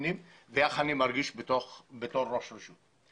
בפנים ואיך אני מרגיש בתור ראש רשות.